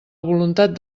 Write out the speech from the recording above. voluntat